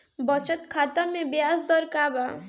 बचत खाता मे ब्याज दर का बा?